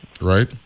right